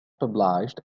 published